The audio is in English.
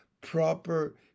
proper